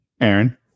Aaron